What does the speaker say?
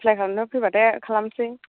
apply खालामनाय फैबाथाय खालामनोसै